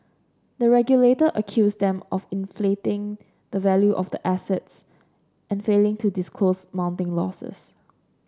the regulator accused them of inflating the value of the assets and failing to disclose mounting losses